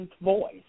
voice